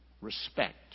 Respect